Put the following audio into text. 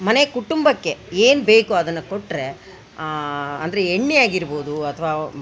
ಮನೆ ಕುಟುಂಬಕ್ಕೆ ಏನು ಬೇಕು ಅದನ್ನು ಕೊಟ್ಟರೆ ಅಂದರೆ ಎಣ್ಣೆಯಾಗಿರ್ಬೌದು ಅಥ್ವ